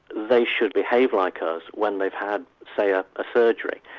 they should behave like us when they've had, say, ah a surgery.